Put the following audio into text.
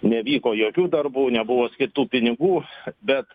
nevyko jokių darbų nebuvo skirtų pinigų bet